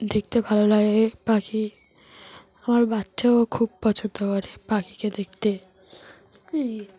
দেখতে ভালো লাগে পাখি আমার বাচ্চাও খুব পছন্দ করে পাখিকে দেখতে এই